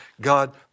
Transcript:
God